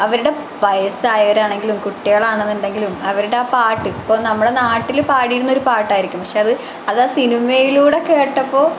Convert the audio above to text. അവരുടെ വയസ്സായവരാണെങ്കിലും കുട്ടികളാണെന്നുണ്ടെങ്കിലും അവരുടെ ആ പാട്ട് ഇപ്പോൾ നമ്മുടെ നാട്ടിൽ പാടിയിരുന്നൊരു പാട്ടായിരിക്കും പക്ഷെ അത് അതാ സിനിമയിലൂടെ കേട്ടപ്പോൾ